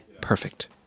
Perfect